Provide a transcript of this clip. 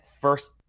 first